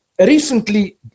Recently